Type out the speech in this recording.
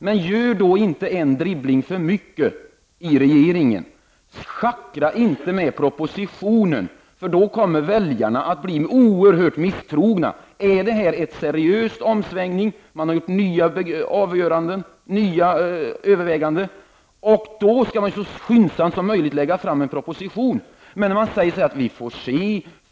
Men gör då inte en dribbling för mycket i regeringen! Schackra inte med propositionen! Då kommer väljarna att bli oerhört misstrogna. Är det här en seriös omsvängning som innebär att man har gjort nya överväganden, skall man naturligtvis så skyndsamt som möjligt lägga fram en proposition. Men i stället säger man: Vi får se.